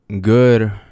good